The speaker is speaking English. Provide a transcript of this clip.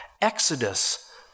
Exodus